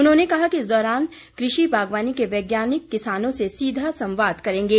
उन्होंने कहा कि इस दौरान कृषि बागवानी के वैज्ञानिक किसानों से सीधा संवाद करेंगे